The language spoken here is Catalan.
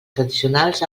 tradicionals